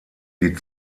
die